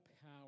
power